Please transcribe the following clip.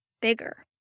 bigger